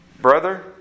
brother